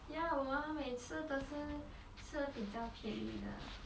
ya 我们每次都是吃比较便宜的 food